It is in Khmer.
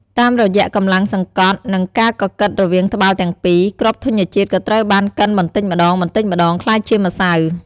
តាមរយៈកម្លាំងសង្កត់ និងការកកិតរវាងត្បាល់ទាំងពីរ គ្រាប់ធញ្ញជាតិក៏ត្រូវបានកិនបន្តិចម្ដងៗក្លាយជាម្សៅ។